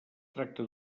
tracta